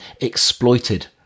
exploited